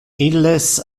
illes